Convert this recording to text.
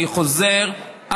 אני חוזר,